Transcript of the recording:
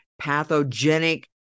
pathogenic